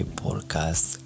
podcast